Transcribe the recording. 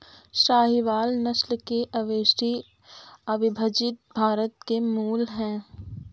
साहीवाल नस्ल के मवेशी अविभजित भारत के मूल हैं